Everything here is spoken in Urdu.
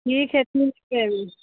ٹھیک ہے تین روپے میں